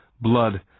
blood